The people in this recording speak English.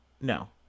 no